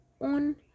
on